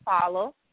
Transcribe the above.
follow